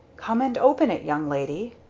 come and open it, young lady!